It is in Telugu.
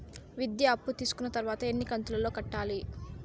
విద్య అప్పు తీసుకున్న తర్వాత ఎన్ని కంతుల లో కట్టాలి?